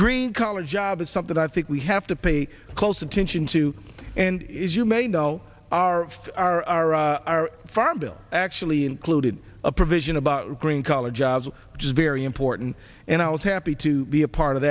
green collar job is something i think we have to pay close attention to and it is you may know our our our farm bill actually included a provision about green collar jobs which is very important and i was happy to be a part of